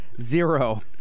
Zero